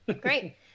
great